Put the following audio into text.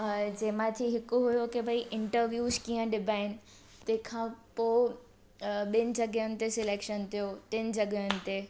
अ जंहिंमां थी हिकु हुयो के भाई इंटरव्यूस कीअं ॾिबा आहिनि तंहिंखां पोइ ॿिनि जॻहियुनि ते सिलेक्शन थियो टिनि जॻहियुनि ते